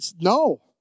no